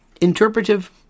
interpretive